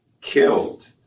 killed